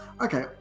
okay